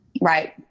Right